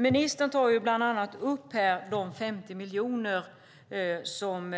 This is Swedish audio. Ministern tar upp de 50 miljoner som